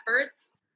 efforts